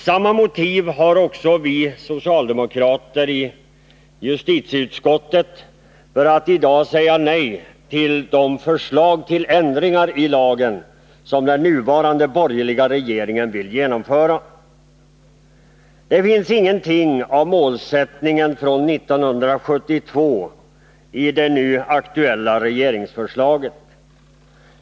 Samma motiv har också vi socialdemokrater i justitieutskottet för att i dag säga nej till de förslag till ändringar i lagen som den nuvarande borgerliga regeringen vill genomföra. Det finns ingenting av målsättningen från 1972 i det nu aktuella regeringsförslaget.